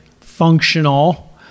functional